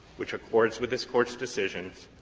which accords with this court's decisions,